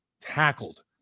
tackled